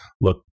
look